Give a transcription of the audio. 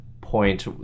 point